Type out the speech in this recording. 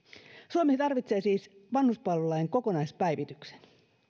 suomi tarvitsee siis vanhuspalvelulain kokonaispäivityksen